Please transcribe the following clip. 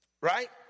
Right